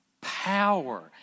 power